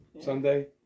Sunday